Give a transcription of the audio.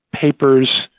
papers